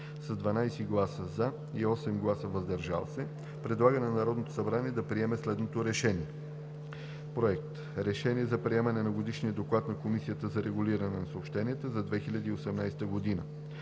с 12 гласа „за“ и 8 гласа „въздържал се“ предлага на Народното събрание да приеме следното решение: „Проект! РЕШЕНИЕ за приемане на Годишния доклад на Комисията за регулиране на съобщенията за 2018 г.